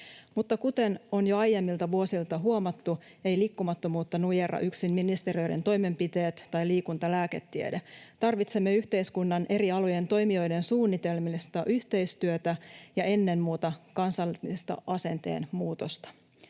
Kuten on jo aiemmilta vuosilta huomattu, eivät liikkumattomuutta nujerra yksin ministeriöiden toimenpiteet tai liikuntalääketiede. Tarvitsemme yhteiskunnan eri alojen toimijoiden suunnitelmallista yhteistyötä ja ennen muuta kansallista asenteen muutosta.